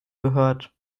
gehört